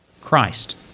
Christ